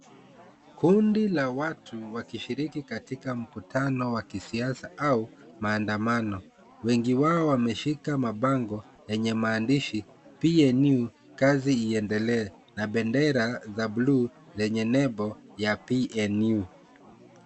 Kundi la watu wakishiriki katika mkutano wa kisiasa au maandamano. Wengi wao wameshika mabango yenye maandishi PNU kazi iendelee na bendera za blue yenye nembo ya PNU.